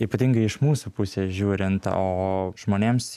ypatingai iš mūsų pusės žiūrint o žmonėms